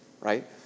right